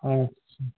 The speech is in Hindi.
अच्छा